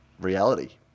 reality